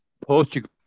Portugal